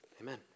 Amen